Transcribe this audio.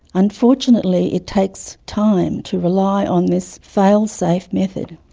unfortunately, it takes time to rely on this fail safe method.